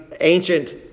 ancient